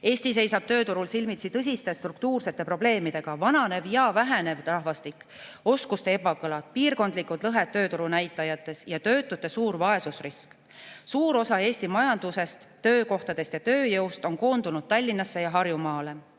Eesti seisab tööturul silmitsi tõsiste struktuursete probleemidega: vananev ja vähenev rahvastik, oskuste ebakõlad, piirkondlikud lõhed tööturunäitajates ja töötute suur vaesusrisk. Suur osa Eesti majandusest, töökohtadest ja tööjõust on koondunud Tallinnasse ja Harjumaale.